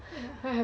ya